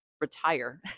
retire